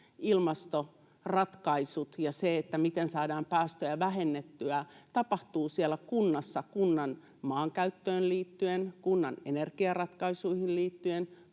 ilmastoratkaisut ja se, miten saadaan päästöjä vähennettyä, tapahtuu siellä kunnassa kunnan maankäyttöön liittyen, kunnan energiaratkaisuihin liittyen,